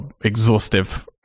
exhaustive